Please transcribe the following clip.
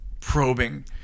probing